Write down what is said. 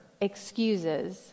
excuses